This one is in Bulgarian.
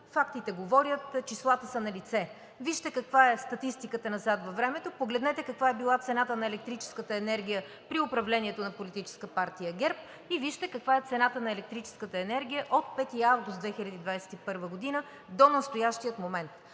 фактите – числата са налице. Вижте каква е статистиката назад във времето, погледнете каква е била цената на електрическата енергия при управлението на Политическа партия ГЕРБ и вижте каква е цената на електрическата енергия от 5 август 2021 г. до настоящия момент.